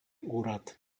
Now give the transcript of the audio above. úrad